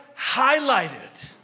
highlighted